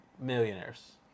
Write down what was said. millionaires